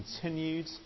continued